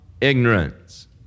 ignorance